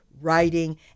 writing